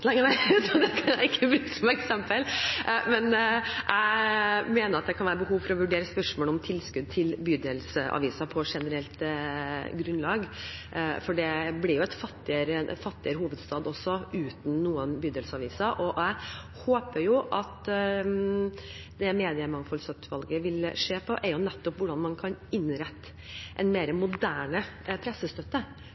det kan jeg ikke bruke som eksempel – men jeg mener at det kan være behov for å vurdere spørsmålet om tilskudd til bydelsaviser på generelt grunnlag, for det blir jo en fattigere hovedstad uten bydelsaviser. Jeg håper at Mediemangfoldsutvalget vil se på hvordan man kan innrette en